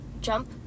jump